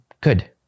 good